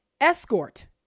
escort